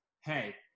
hey